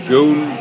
June